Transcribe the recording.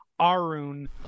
Arun